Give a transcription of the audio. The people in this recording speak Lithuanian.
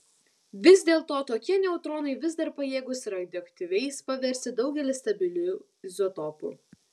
vis dėlto tokie neutronai vis dar pajėgūs radioaktyviais paversti daugelį stabilių izotopų